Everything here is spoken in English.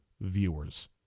Viewers